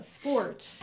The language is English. sports